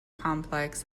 complex